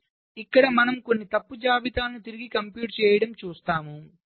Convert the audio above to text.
కాబట్టి ఇక్కడ మనము కొన్ని తప్పు జాబితాలను తిరిగి కంప్యూట్ చేయడం చూస్తాము